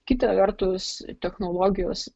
kita vertus technologijos